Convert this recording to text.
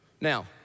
Now